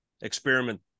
experiment